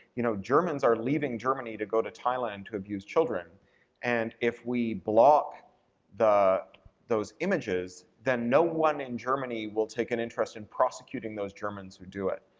you know, germans are leaving germany to go to thailand to abuse children and if we block those images, then no one in germany will take an interest in prosecuting those germans who do it,